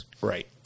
Right